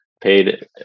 paid